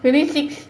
really six